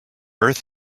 earth